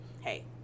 Hey